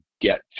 get